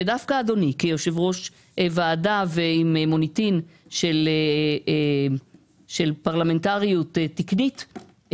דווקא אדוני כיושב ראש ועדה עם מוניטין של פרלמנטריות תקנית,